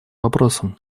вопросом